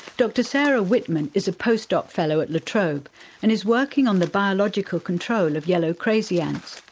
doctor sarah whittman is a post doc fellow at la trobe and is working on the biological control of yellow crazy ants.